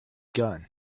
gun